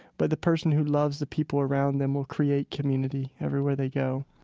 but the person who loves the people around them will create community everywhere they go.